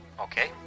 Okay